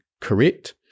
correct